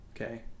Okay